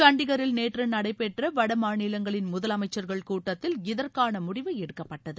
சண்டிகரில் நேற்று நடைபெற்ற வட மாநிலங்களின் முதலமைச்சர்கள் கூட்டத்தில் இதற்கான முடிவு எடுக்கப்பட்டது